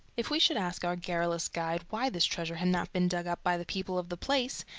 if we should ask our garrulous guide why this treasure had not been dug up by the people of the place,